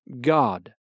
God